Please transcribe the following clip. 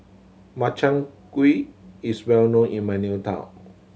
Makchang Gui is well known in my new town